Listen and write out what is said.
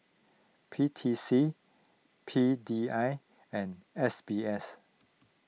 P T C P D I and S B S